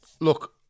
Look